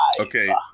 Okay